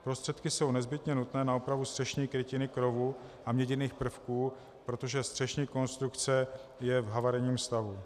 Prostředky jsou nezbytně nutné na opravu střešní krytiny krovu a měděných prvků, protože střešní konstrukce je v havarijním stavu.